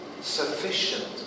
sufficient